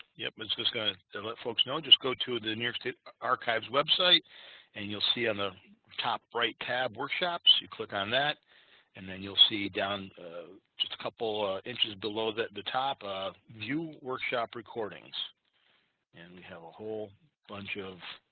yep, mitzvahs going to let folks know just go to the new york state archives website and you'll see on the top right tab workshops you click on that and then you'll see down a couple inches below that the top of view workshop recordings and we have a whole bunch of